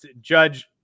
Judge